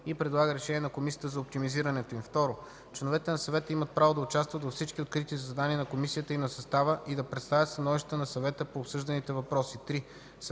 и предлага решения на комисията за оптимизирането им; 2. Членовете на съвета имат право да участват във всички открити заседания на комисията и на състава и да представят становище на съвета по обсъжданите въпроси.